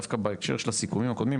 דווקא בהקשר של הסיכומים הקודמים,